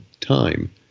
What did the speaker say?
time